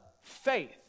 faith